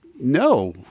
no